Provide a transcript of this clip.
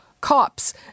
cops